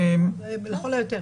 לכל היותר.